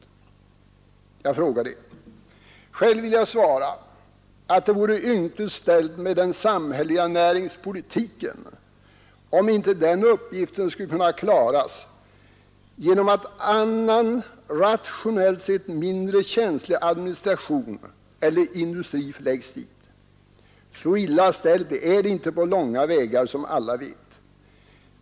Jag frågar det. Själv vill jag svara att det vore ynkligt ställt med den samhälleliga näringspolitiken, om inte den uppgiften skulle kunna klaras genom att annan och rationellt sett mindre känslig administration eller industri förläggs dit. Så illa ställt är det inte på långa vägar, som alla vet!